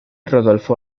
rodolfo